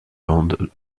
bandes